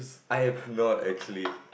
I am not actually